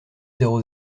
zéro